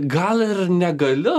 gal ir negaliu